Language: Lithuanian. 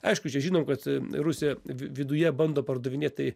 aišku čia žinom kad rusija vid viduje bando pardavinėt tai